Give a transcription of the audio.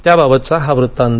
त्याबाबतचा हा वृत्तांत